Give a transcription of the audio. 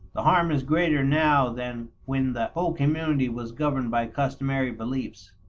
the harm is greater now than when the whole community was governed by customary beliefs,